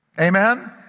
Amen